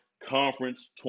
conference